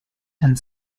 and